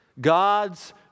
God's